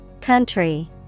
Country